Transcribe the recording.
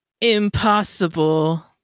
impossible